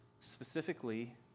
specifically